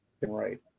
right